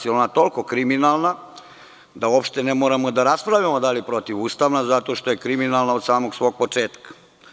Ona je toliko kriminalna da uopšte ne treba da raspravljamo da li je protivustavna, zato što je kriminalna od samog svog početka.